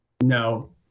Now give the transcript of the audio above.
no